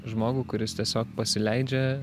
žmogų kuris tiesiog pasileidžia